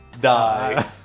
die